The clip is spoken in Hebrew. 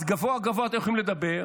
אז גבוהה-גבוהה אתם יכולים לדבר,